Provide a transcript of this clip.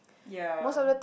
ya